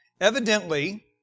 Evidently